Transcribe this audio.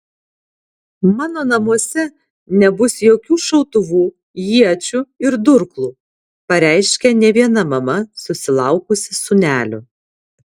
mano namuose nebus jokių šautuvų iečių ir durklų pareiškia ne viena mama susilaukusi sūnelio